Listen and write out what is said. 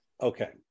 Okay